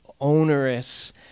onerous